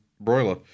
broiler